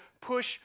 push